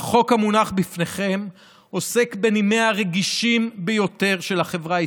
החוק המונח בפניכם עוסק בנימיה הרגישים ביותר של החברה הישראלית.